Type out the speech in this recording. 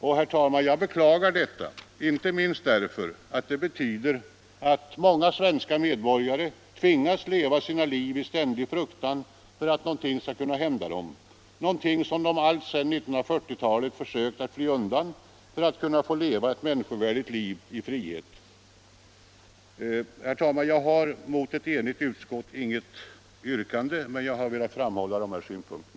Jag beklagar detta, herr talman, inte minst därför att det betyder att många svenska medborgare tvingas leva sina liv i ständig fruktan för att någonting skall hända dem — något som de alltsedan 1940-talet försökt fly undan för Nr 29 att kunna leva ett människovärdigt liv i frihet. Onsdagen den Herr talman! Jag har mot ett enigt utskott inget yrkande, men jag 26 november 1975 har ändå velat framhålla dessa synpunkter.